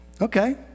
Okay